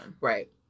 Right